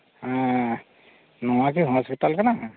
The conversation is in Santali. ᱦᱮᱸ ᱱᱚᱣᱟ ᱠᱤ ᱦᱳᱥᱯᱤᱴᱟᱞ ᱠᱟᱱᱟ